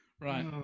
Right